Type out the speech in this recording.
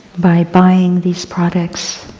by buying these products.